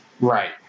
Right